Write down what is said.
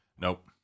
Nope